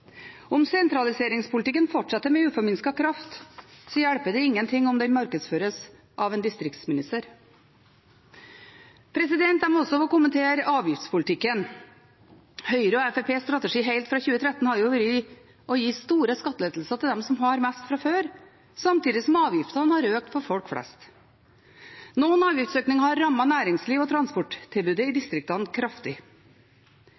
Om sentraliseringspolitikken fortsetter med uforminsket kraft, hjelper det ingenting om den markedsføres av en distriktsminister. Jeg må også få kommentere avgiftspolitikken. Høyre og Fremskrittspartiets strategi har helt fra 2013 vært å gi store skattelettelser til dem som har mest fra før, samtidig som avgiftene har økt for folk flest. Noen avgiftsøkninger har rammet næringslivet og transporttilbudet i